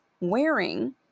wearing